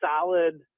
solid